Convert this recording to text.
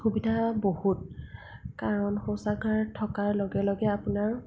সুবিধা বহুত কাৰণ শৌচাগাৰ থকাৰ লগে লগে আপোনাৰ